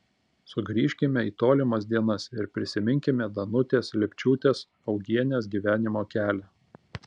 sugrįžkime į tolimas dienas ir prisiminkime danutės lipčiūtės augienės gyvenimo kelią